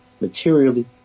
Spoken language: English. materially